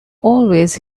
always